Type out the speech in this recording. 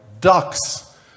ducks